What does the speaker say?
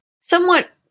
somewhat